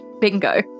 bingo